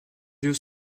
yeux